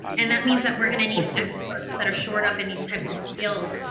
and that means that we're gonna need efforts that are shored up in these types of skills.